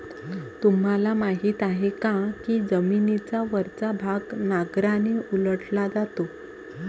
तुम्हाला माहीत आहे का की जमिनीचा वरचा भाग नांगराने उलटला जातो?